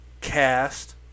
cast